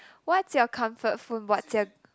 what's your comfort food